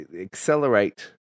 accelerate